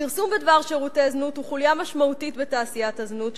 הפרסום בדבר שירותי זנות הוא חוליה משמעותית בתעשיית הזנות,